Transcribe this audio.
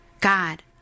God